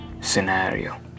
scenario